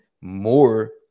more